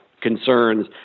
concerns